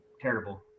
terrible